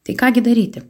tai ką gi daryti